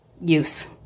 use